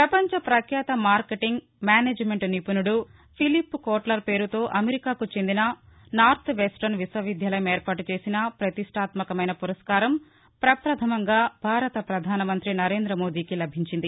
ప్రపంచ పఖ్యాత marketing management నిపుణుడు ఫిలిఫ్ కోట్లర్ పేరుతో అమెరికాకు చెందిన నార్త్వెస్టరన్ విశ్వవిద్యాలయం ఏర్పాటు చేసిన ప్రతిష్ణాత్మకమైన పురస్కారం ప్రపధమంగా భారత ప్రధాన మంతి నరేంద మోదీకి లభించింది